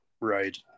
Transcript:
Right